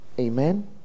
amen